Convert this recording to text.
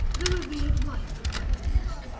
the revered wife of alcinous,